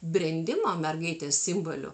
brendimo mergaitės simboliu